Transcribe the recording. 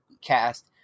cast